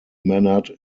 mannered